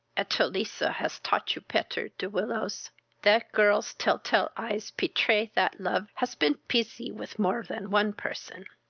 eteliza has taught you petter, de willows that girl's tell-tale eyes petray that luf has been pusy with more than one person.